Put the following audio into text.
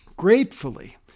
gratefully